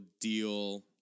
deal